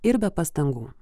ir be pastangų